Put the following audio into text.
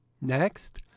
Next